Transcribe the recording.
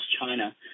China